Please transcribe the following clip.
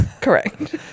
correct